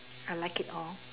I like it all